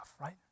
right